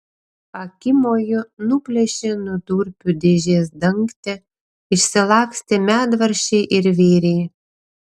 akimoju nuplėšė nuo durpių dėžės dangtį išsilakstė medvaržčiai ir vyriai